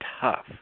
tough